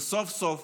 וסוף-סוף